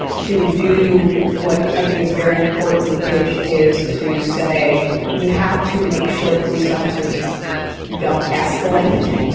to do what i think is very important, which is to say we have to make sure police officers don't escalate.